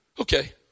Okay